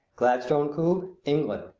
gladstone koob, england,